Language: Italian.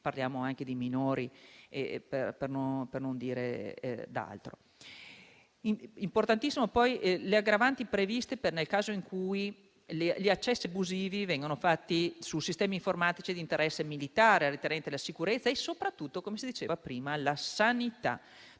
(parliamo anche di minori, per non dire altro). Importantissime poi sono le aggravanti previste nel caso in cui gli accessi abusivi vengano fatti su sistemi informatici di interesse militare inerenti alla sicurezza e soprattutto - come si diceva prima - alla sanità.